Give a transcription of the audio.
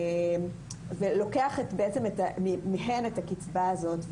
למעשה לוקחים מהן את הקצבה הזאת.